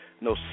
No